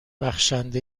بخشنده